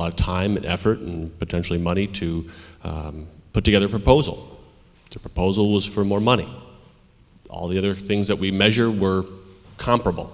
lot of time and effort and potentially money to put together a proposal to proposals for more money all the other things that we measure were comparable